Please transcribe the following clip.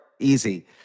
easy